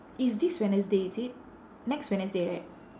it's this wednesday is it next wednesday right